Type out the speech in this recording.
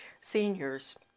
seniors